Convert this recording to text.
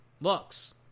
Looks